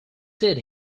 did